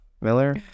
Miller